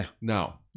Now